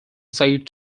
said